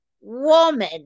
woman